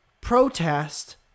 protest